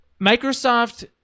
Microsoft